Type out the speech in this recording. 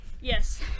Yes